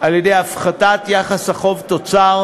על-ידי הפחתת יחס החוב תוצר,